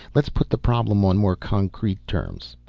let's put the problem on more concrete terms.